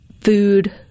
food